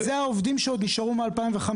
אז אלה העובדים שנשארו מאז 2005?